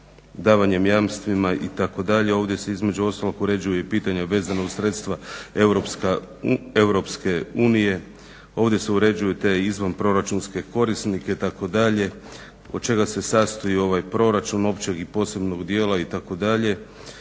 davanjem jamstvima itd. Ovdje se između ostalog uređuje i pitanje vezano uz sredstva EU. Ovdje se uređuju te izvanproračunske korisnike itd. Od čega se sastoji ovaj proračun? Općeg i posebnog dijela itd.